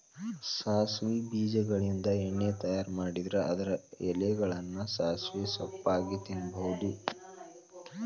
ಸಾಸವಿ ಬೇಜಗಳಿಂದ ಎಣ್ಣೆ ತಯಾರ್ ಮಾಡಿದ್ರ ಅದರ ಎಲೆಗಳನ್ನ ಸಾಸಿವೆ ಸೊಪ್ಪಾಗಿ ತಿನ್ನಬಹುದು